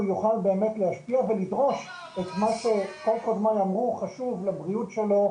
יוכל להשפיע ולדרוש קודם כל מה חשוב לבריאות שלו,